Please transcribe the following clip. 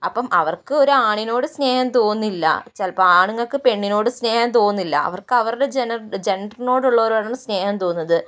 അപ്പോൾ അവർക്ക് ഒരാണിനോട് സ്നേഹം തോന്നില്ല ചിലപ്പോൾ ആണുങ്ങക്ക് പെണ്ണിനോട് സ്നേഹം തോന്നില്ല അവർക്ക് അവരുടെ ജെന്ററിനോട് ഉള്ളവരോടാണ് സ്നേഹം തോന്നുന്നത്